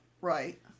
Right